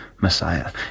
Messiah